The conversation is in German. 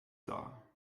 dar